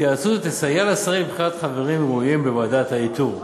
התייעצות זו תסייע לשרים בבחירת חברים ראויים בוועדת האיתור.